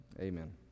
Amen